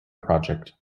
project